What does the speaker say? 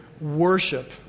worship